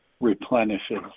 replenishes